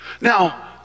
now